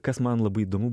kas man labai įdomu